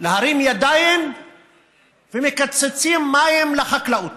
להרים ידיים ולקצץ מים לחקלאות.